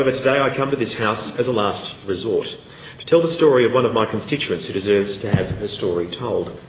today i come to this house as a last resort to tell the story of one of my constituents who deserves to have her story told.